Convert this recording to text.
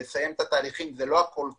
לסיים את התהליכים זה לא ה"קול קורא"